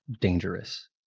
dangerous